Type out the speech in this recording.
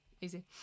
easy